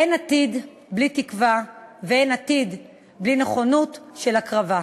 אין עתיד בלי תקווה ואין עתיד בלי נכונות להקרבה,